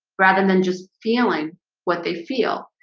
rather than just feeling what they feel.